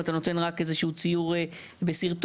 אתה נותן רק איזשהו ציור בסרטוט,